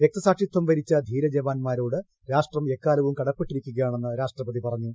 രക്തസാക്ഷിത്വം വരിച്ച ധീര ജവാന്മാരോട് രാഷ്ട്രം എക്കാലവും കടപ്പെട്ടിരിക്കുകയാണെന്ന് രാഷ്ട്രപതി പറഞ്ഞു